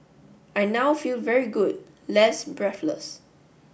I now feel very good less breathless